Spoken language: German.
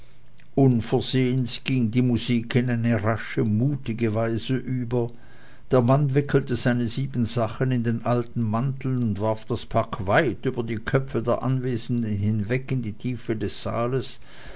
unversehens ging die musik in eine rasche mutige weise über der mann wickelte seine siebensachen in den alten mantel und warf das pack weit über die köpfe der anwesenden hinweg in die tiefe des saales